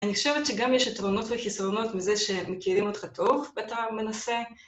אני חושבת שגם יש יתרונות וחסרונות מזה שמכירים אותך טוב ואתה מנסה...